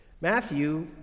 Matthew